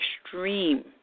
extreme